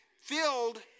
filled